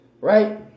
right